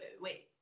wait